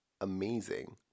amazing